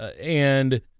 and-